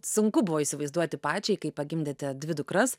sunku buvo įsivaizduoti pačiai kai pagimdėte dvi dukras